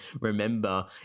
remember